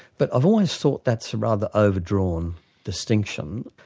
but i've always thought that's a rather overdrawn distinction.